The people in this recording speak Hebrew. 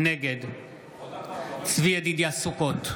נגד צבי ידידיה סוכות,